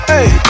Hey